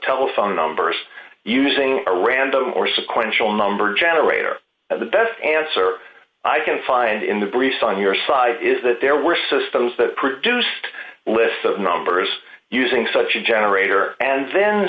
telephone numbers using a random or sequential number generator the best answer i can find in the briefs on your side is that there were systems that produced lists of numbers using such a generator and then